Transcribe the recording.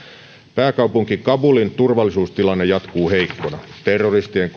pääkaupunki kabulin turvallisuustilanne jatkuu heikkona terroristien